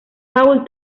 paul